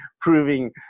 proving